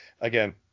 again